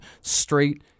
straight